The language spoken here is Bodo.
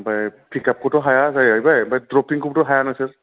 ओमफाय पिकापखौथ' नोंथांमोना हाया जाहैबाय ओमफाय ड्रपिंखौबोथ' हाया नोंसोरो